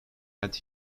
had